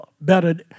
better